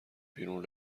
بیرون